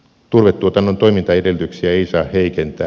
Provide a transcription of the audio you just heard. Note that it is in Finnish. turvetuotannon toimintaedellytyksiä ei saa heikentää